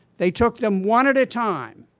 they took them one at a time,